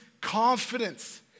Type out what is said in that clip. confidence